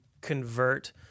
convert